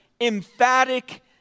emphatic